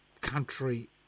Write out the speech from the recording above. country